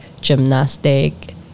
gymnastic